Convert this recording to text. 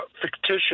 fictitious